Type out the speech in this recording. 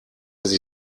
sie